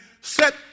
set